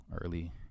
early